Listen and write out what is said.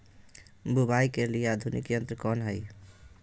बुवाई के लिए आधुनिक यंत्र कौन हैय?